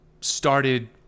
started